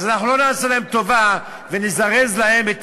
אז לא נעשה להם טובה ונזרז להם את